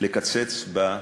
לקצץ בקצבאות,